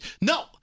No